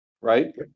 right